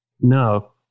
no